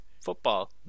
football